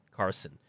Carson